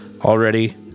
already